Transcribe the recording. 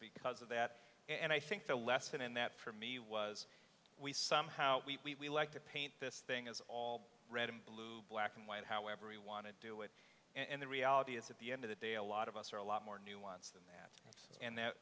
because of that and i think the lesson in that for me was we somehow we like to paint this thing as all red and blue black and white however we want to do it and the reality is at the end of the day a lot of us are a lot more nuanced than that and that